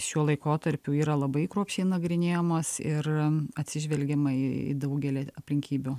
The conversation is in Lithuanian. šiuo laikotarpiu yra labai kruopščiai nagrinėjamos ir atsižvelgiama į daugelį aplinkybių